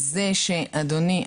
שזה שאדוני,